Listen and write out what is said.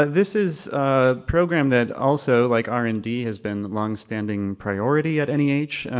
ah this is a program that also, like r and d, has been longstanding priority at any age,